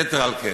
יתר על כן,